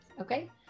Okay